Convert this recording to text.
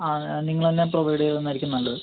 ആ നിങ്ങൾ തന്നെ പ്രൊവൈഡ് ചെയ്യുന്നതായിരിക്കും നല്ലത്